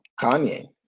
kanye